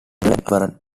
different